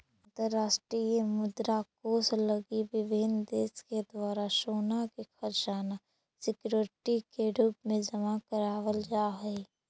अंतरराष्ट्रीय मुद्रा कोष लगी विभिन्न देश के द्वारा सोना के खजाना सिक्योरिटी के रूप में जमा करावल जा हई